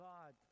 God